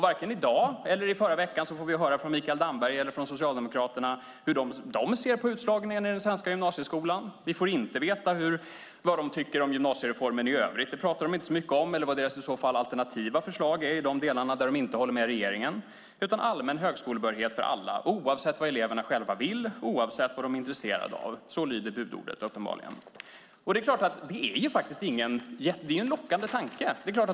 Varken i förra veckan eller i dag får vi höra från Mikael Damberg eller från Socialdemokraterna hur de ser på utslagningen i den svenska gymnasieskolan. Vi får inte veta vad de tycker om gymnasiereformen i övrigt - det pratar de inte så mycket om - eller vad deras alternativa förslag i så fall är i de delar där de inte håller med regeringen. Allmän högskolebehörighet för alla oavsett vad eleverna själva vill, oavsett vad de är intresserade av, så lyder budordet uppenbarligen. Det är klart att det är en lockande tanke.